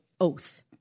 oath